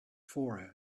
forehead